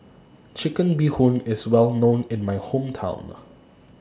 Chicken Bee Hoon IS Well known in My Hometown